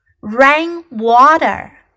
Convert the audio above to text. Rainwater